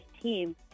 team